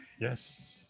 yes